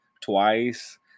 twice